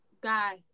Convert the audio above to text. guy